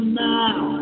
now